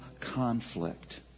conflict